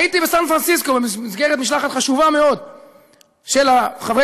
הייתי בסן פרנסיסקו במסגרת משלחת חשובה מאוד של חברי